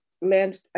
land